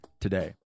today